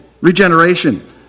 regeneration